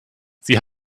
sie